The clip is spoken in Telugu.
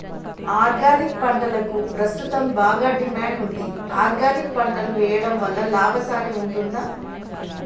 ఆర్గానిక్ పంటలకు ప్రస్తుతం బాగా డిమాండ్ ఉంది ఆర్గానిక్ పంటలు వేయడం వల్ల లాభసాటి ఉంటుందా?